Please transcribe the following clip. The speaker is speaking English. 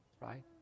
right